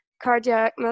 Cardiac